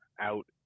out